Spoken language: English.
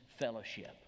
fellowship